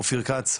אופיר כץ,